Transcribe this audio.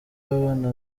babana